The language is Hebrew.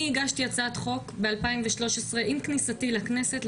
אני הגשתי הצעת חוק ב-2013 עם כניסתי לכנסת,